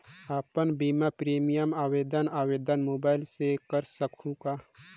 अपन बीमा प्रीमियम आवेदन आवेदन मोबाइल से कर सकहुं का?